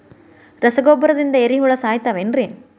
ರಸಗೊಬ್ಬರದಿಂದ ಏರಿಹುಳ ಸಾಯತಾವ್ ಏನ್ರಿ?